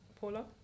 Paula